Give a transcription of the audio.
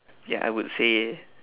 ya I would say